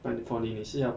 but for 你你是要